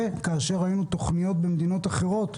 ראינו שמדינות אחרות,